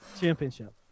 Championship